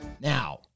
Now